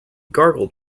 gargled